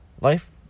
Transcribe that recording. life